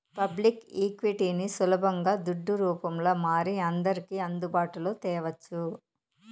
public ఈక్విటీని సులబంగా దుడ్డు రూపంల మారి అందర్కి అందుబాటులో తేవచ్చు